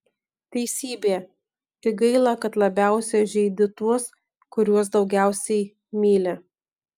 teisybė tik gaila kad labiausiai žeidi tuos kuriuos daugiausiai myli